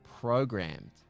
programmed